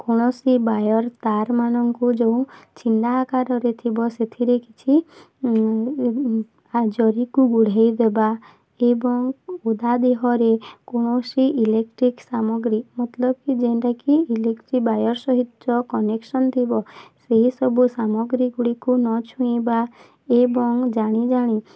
କୌଣସି ୱାୟାର୍ ତାରମାନଙ୍କୁ ଯେଉଁ ଆକାରରେ ଥିବ ସେଥିରେ କିଛି ଜରିକୁ ଗୁଡ଼ାଇଦେବା ଏବଂ ଓଦା ଦେହରେ କୌଣସି ଇଲେକ୍ଟ୍ରିକ୍ ସାମଗ୍ରୀ ମତଲବ୍ କି ଜେନ୍ଟା କି ଇଲେକ୍ଟ୍ରିକ୍ ୱାୟାର୍ ସହିତ କନେକ୍ସନ୍ ଥିବ ସେହିସବୁ ସାମଗ୍ରୀଗୁଡ଼ିକୁ ନ ଛୁଇଁବା ଏବଂ ଜାଣି ଜାଣି